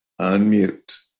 Unmute